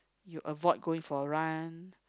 you avoid going for run